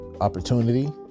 opportunity